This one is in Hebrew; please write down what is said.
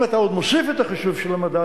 אם אתה עוד מוסיף את החישוב של המדד,